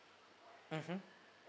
mmhmm